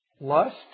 lust